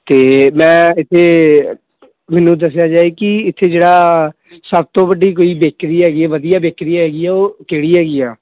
ਅਤੇ ਮੈਂ ਇੱਥੇ ਮੈਨੂੰ ਦੱਸਿਆ ਜਾਏ ਕੀ ਇੱਥੇ ਜਿਹੜਾ ਸਭ ਤੋਂ ਵੱਡੀ ਕੋਈ ਬੇਕਰੀ ਹੈਗੀ ਹੈ ਵਧੀਆ ਬੇਕਰੀ ਹੈਗੀ ਆ ਉਹ ਕਿਹੜੀ ਹੈਗੀ ਆ